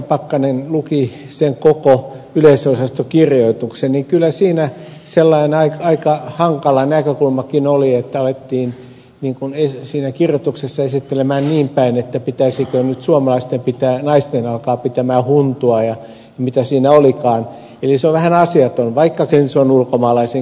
pakkanen luki sen koko yleisönosastokirjoituksen niin kyllä siinä sellainen aika hankala näkökulmakin oli että siinä kirjoituksessa alettiin esittelemään niin päin että pitäisikö nyt suomalaisten naisten alkaa pitämään huntua ja mitä siinä olikaan eli se on vähän asiaton vaikkakin se on ulkomaalaisen kirjoittama